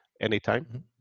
anytime